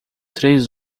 três